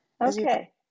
Okay